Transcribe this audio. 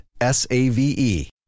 S-A-V-E